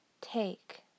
Take